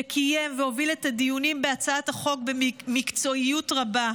שקיים והוביל את הדיונים בהצעת החוק במקצועיות רבה,